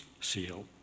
seal